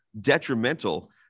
detrimental